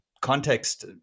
context